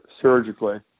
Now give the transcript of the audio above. surgically